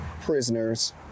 prisoners